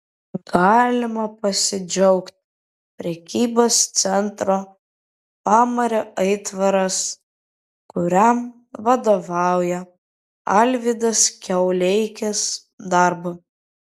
galima pasidžiaugti prekybos centro pamario aitvaras kuriam vadovauja alvydas kiauleikis darbu